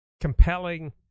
compelling